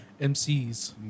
MCs